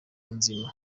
nzima